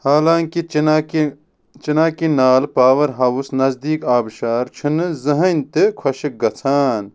حالانٛکہِ چِناکہ چِناکِنال پاوَر ہاوُس نزدیٖک آبشار چھُنہٕ زٕہٲنۍ تہِ خۄشِک گژھان